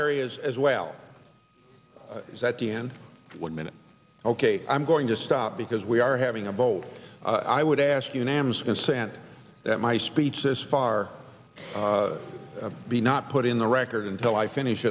areas as well as at the end one minute ok i'm going to stop because we are having a bold i would ask unanimous consent that my speech has far be not put in the record until i finish